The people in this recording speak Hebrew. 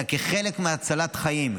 אלא כעל חלק מהצלת חיים.